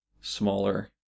smaller